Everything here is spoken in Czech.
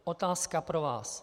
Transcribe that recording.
Otázka pro vás.